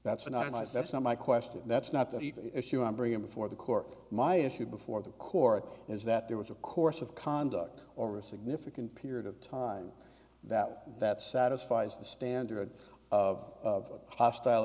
nice that's not my question that's not the issue i'm bringing before the court my issue before the court is that there was a course of conduct or a significant period of time that that satisfies the standard of hostile